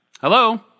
Hello